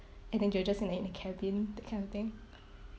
and then you're just like in a cabin that kind of thing